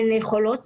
הן חולות